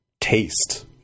taste